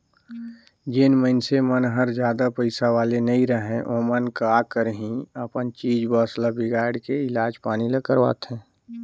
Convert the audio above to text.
जेन मइनसे मन हर जादा पइसा वाले नइ रहें ओमन का करही अपन चीच बस ल बिगायड़ के इलाज पानी ल करवाथें